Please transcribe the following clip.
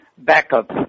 Backup